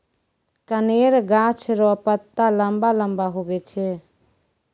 कनेर गाछ रो पत्ता लम्बा लम्बा हुवै छै